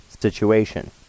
situation